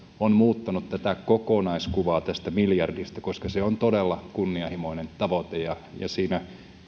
on muuttanut kokonaiskuvaa tästä miljardista se on todella kunnianhimoinen tavoite ja siinä